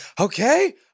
okay